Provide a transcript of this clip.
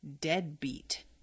Deadbeat